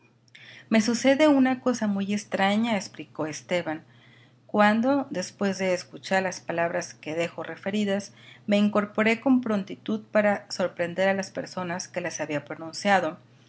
me sucede una cosa muy extraña explicó esteban cuando después de escuchar las palabras que dejo referidas me incorporé con prontitud para sorprender a la personas que las había pronunciado